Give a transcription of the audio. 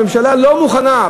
הממשלה לא מוכנה,